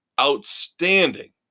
outstanding